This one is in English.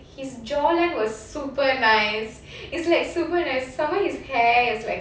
his jawline was super nice is like super nice some more his hair is like